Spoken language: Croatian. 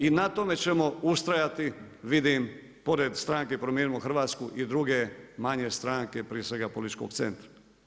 I na tome ćemo ustrajati vidim pored stranke Promijenimo Hrvatsku i druge manje stranke, prije svega Političkog centra.